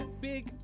big